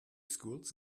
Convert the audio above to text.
schools